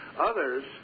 others